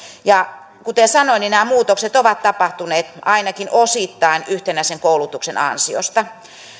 kuten sanoin nämä muutokset ovat tapahtuneet ainakin osittain yhtenäisen koulutuksen